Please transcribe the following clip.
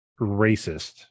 racist